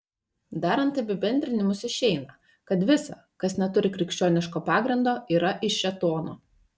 darant apibendrinimus išeina kad visa kas neturi krikščioniško pagrindo yra iš šėtono